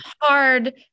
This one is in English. hard